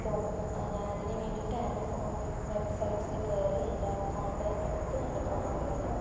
so ഞാൻ അതിനു വേണ്ടിയിട്ട് ആമസോൺ വെബ്സൈറ്റിൽ കയറി എൻ്റെ അക്കൗണ്ട് എടുത്ത് എൻ്റെ പ്രൊഫൈലിൽ